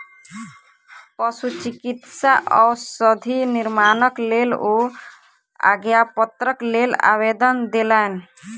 पशुचिकित्सा औषधि निर्माणक लेल ओ आज्ञापत्रक लेल आवेदन देलैन